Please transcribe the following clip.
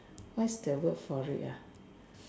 what's that word for it ah